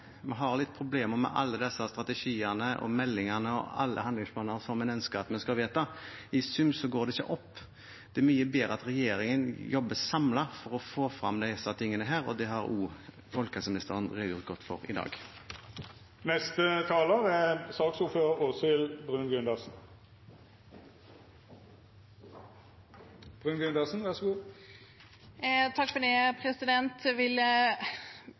har vi litt problem med alle strategiene, meldingene og handlingsplanene som man ønsker å vedta. I sum går det ikke opp. Det er mye bedre at regjeringen jobber samlet for å få fram dette, og det har folkehelseministeren redegjort godt for i dag. Alkohol under svangerskap er ikke bra. Heldigvis drikker norske kvinner under svangerskapet langt mindre enn i resten av Europa. Det er vi glade for, men det